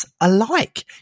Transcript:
alike